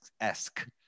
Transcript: esque